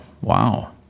wow